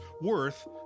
worth